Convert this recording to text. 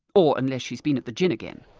or unless she's been at the gin again.